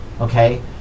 okay